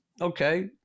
okay